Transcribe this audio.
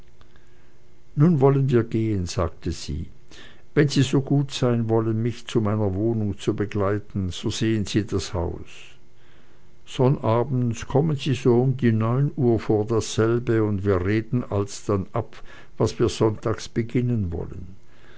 nun wollen wir gehen sagte sie wenn sie so gut sein wollen mich bis zu meiner wohnung zu begleiten so sehen sie das haus sonnabends kommen sie so um die neun uhr vor dasselbe und wir reden alsdann ab was wir sonntags beginnen wollen